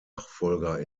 nachfolger